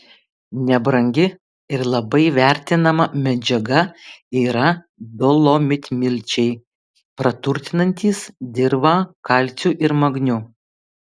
nebrangi ir labai vertinama medžiaga yra dolomitmilčiai praturtinantys dirvą kalciu ir magniu